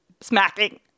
smacking